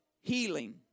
healing